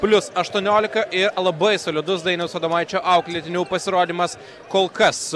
plius aštuoniolika ir labai solidus dainiaus adomaičio auklėtinių pasirodymas kol kas